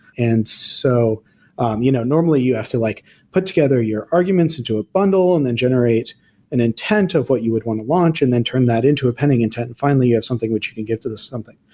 and so um you know normally, you have to like put together your arguments into a bundle and then generate an intent of what you would want to launch and then turn that into a pending intent and finally you have something which you can get to this something,